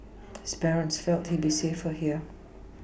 his parents felt he would be safer here